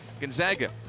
Gonzaga